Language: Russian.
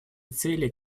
цели